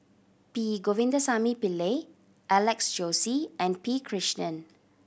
P Govindasamy Pillai Alex Josey and P Krishnan